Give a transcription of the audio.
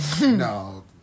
No